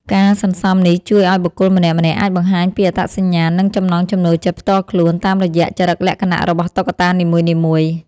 ការសន្សំនេះជួយឱ្យបុគ្គលម្នាក់ៗអាចបង្ហាញពីអត្តសញ្ញាណ និងចំណង់ចំណូលចិត្តផ្ទាល់ខ្លួនតាមរយៈចរិតលក្ខណៈរបស់តុក្កតានីមួយៗ។